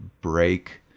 break